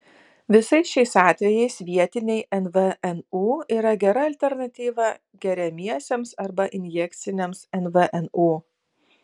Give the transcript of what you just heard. visais šiais atvejais vietiniai nvnu yra gera alternatyva geriamiesiems arba injekciniams nvnu